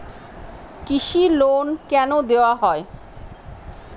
কৃষি লোন কেন দেওয়া হয়?